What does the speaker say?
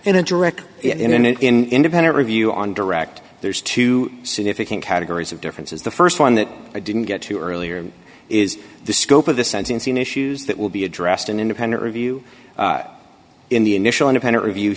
in a direct in an independent review on direct there's two significant categories of differences the st one that i didn't get to earlier is the scope of the sensing scene issues that will be addressed an independent review in the initial independent review